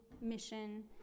mission